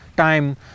Time